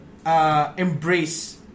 Embrace